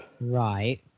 Right